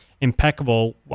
impeccable